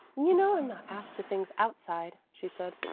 you know i'm not asked to things outside, she said,